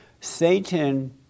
Satan